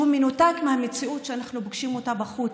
שהוא מנותק מהמציאות שאנחנו פוגשים בחוץ,